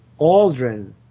Aldrin